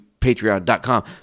patreon.com